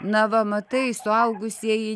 na va matai suaugusieji